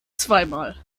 zweimal